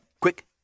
quick